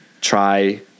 Try